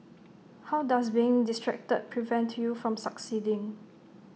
how does being distracted prevent you from succeeding